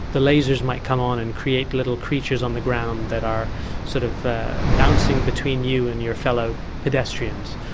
the lasers might come on and create little creatures on the grounds that are sort of bouncing between you and your fellow pedestrians.